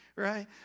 right